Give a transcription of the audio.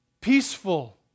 peaceful